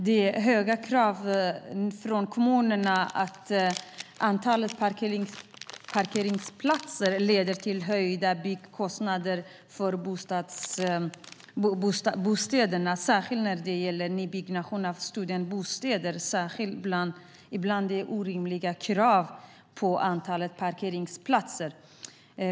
De höga kraven från kommuner på antalet parkeringsplatser leder till höjda byggkostnader för bostäderna. Särskilt när det gäller nybyggnation av studentbostäder ställs det ibland orimligt höga krav på antalet parkeringsplatser.